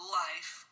life